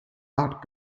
art